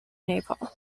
nepal